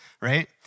right